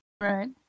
Right